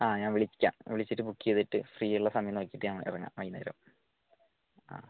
ആ ഞാൻ വിളിക്കാം വിളിച്ചിട്ട് ബുക്ക് ചെയ്തിട്ട് ഫ്രീ ഉള്ള സമയം നോക്കിയിട്ട് ഞാൻ ഇറങ്ങാം വൈകുന്നേരം ആ